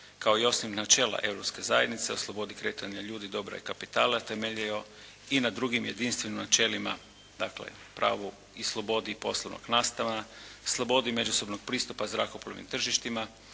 kao i osim načela Europske zajednice o slobodi kretanja ljudi, dobra i kapitala temeljio i na drugim jedinstvenim načelima dakle pravo i slobodi poslovnog nastana, slobodi međusobnog pristupa zrakoplovnim tržištima